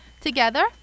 Together